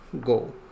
go